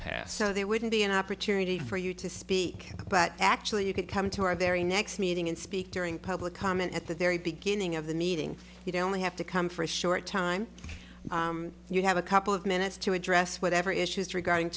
passed so there wouldn't be an opportunity for you to speak but actually you could come to our very next meeting and speak during public comment at the very beginning of the meeting you don't have to come for a short time you have a couple of minutes to address whatever issues regarding